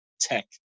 tech